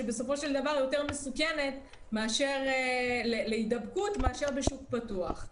שבסופו של דבר יותר מסוכנת להידבקות מאשר בשוק פתוח.